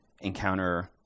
encounter